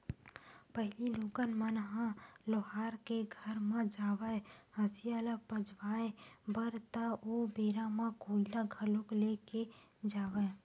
पहिली लोगन मन ह लोहार के घर म जावय हँसिया ल पचवाए बर ता ओ बेरा म कोइला घलोक ले के जावय